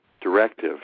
directive